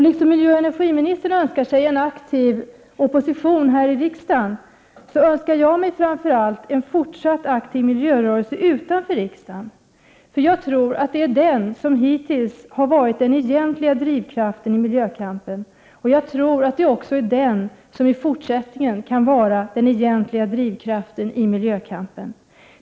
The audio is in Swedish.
Liksom miljöoch energiministern önskar sig en aktiv opposition här i riksdagen önskar jag mig framför allt en fortsatt aktiv miljörörelse utanför riksdagen. Jag tror nämligen att det är den som hittills har varit den egentliga drivkraften i miljökampen, och jag tror att det är den som i fortsättningen kan vara den egentliga drivkraften i miljökampen.